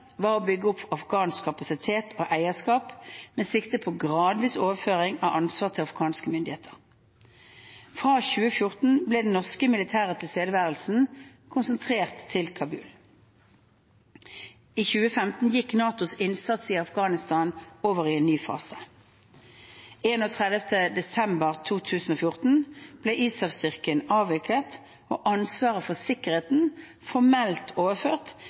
var å bygge opp afghansk kapasitet og eierskap med sikte på gradvis overføring av ansvar til afghanske myndigheter. Fra 2014 ble den norske militære tilstedeværelsen konsentrert til Kabul. 1 2015 gikk NATOs innsats i Afghanistan over i en ny fase. Den 31. desember 2014 ble ISAF-styrken avviklet, og ansvaret for sikkerheten ble formelt overført